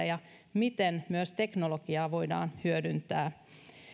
ja sen miten myös teknologiaa voidaan hyödyntää